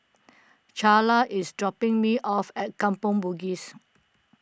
Charla is dropping me off at Kampong Bugis